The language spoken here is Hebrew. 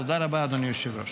תודה רבה, אדוני היושב-ראש.